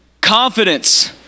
Confidence